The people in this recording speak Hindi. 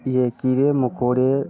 यह कीड़े मकोड़े